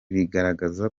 bikagaragaza